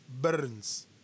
Burns